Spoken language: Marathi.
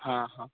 हां हां